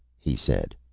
he said.